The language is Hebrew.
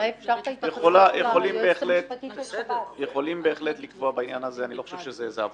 יכולים לקבוע בעניין הזה אם